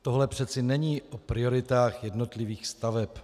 Tohle přece není o prioritách jednotlivých staveb.